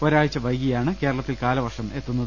ഒരാഴ്ച വൈകി യാണ് കേരളത്തിൽ കാലവർഷം എത്തുന്നത്